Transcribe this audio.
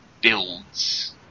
builds